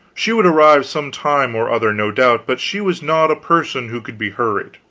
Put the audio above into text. she would arrive some time or other, no doubt, but she was not a person who could be hurried.